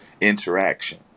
interaction